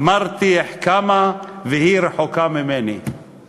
"אמרתי אחכמה והיא רחוקה ממני";